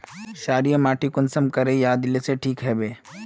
क्षारीय माटी कुंसम करे या दिले से ठीक हैबे?